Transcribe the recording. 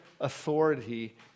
authority